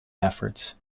efforts